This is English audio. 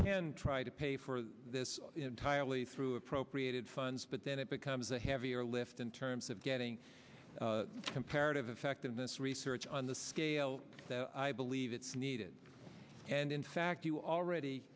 can try to pay for this entirely through appropriated funds but then it becomes a heavier lift in terms of getting comparative effectiveness research on the scale that i believe it's needed and in fact already